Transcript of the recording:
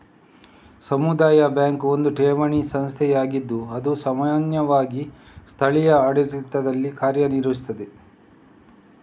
ಸಮುದಾಯ ಬ್ಯಾಂಕು ಒಂದು ಠೇವಣಿ ಸಂಸ್ಥೆಯಾಗಿದ್ದು ಅದು ಸಾಮಾನ್ಯವಾಗಿ ಸ್ಥಳೀಯ ಆಡಳಿತದಲ್ಲಿ ಕಾರ್ಯ ನಿರ್ವಹಿಸ್ತದೆ